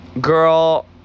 Girl